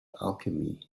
alchemy